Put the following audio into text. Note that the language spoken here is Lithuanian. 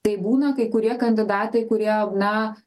tai būna kai kurie kandidatai kurie na